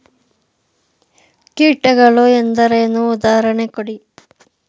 ಕೀಟಗಳು ಎಂದರೇನು? ಉದಾಹರಣೆ ಕೊಡಿ?